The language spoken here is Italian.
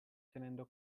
tenendo